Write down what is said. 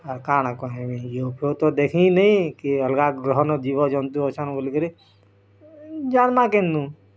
ଆର୍ କାଣା କହିମି ଦେଖିନେଇଁ କି ଅଲଗା ଗ୍ରହନୁ ଜୀବ ଜନ୍ତୁ ଅଛନ୍ ବୋଲି କିରି ଜାଣ୍ମା କେନୁ